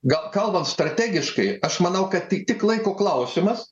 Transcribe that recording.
gal kalbant strategiškai aš manau kad tai tik tik laiko klausimas